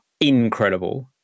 Incredible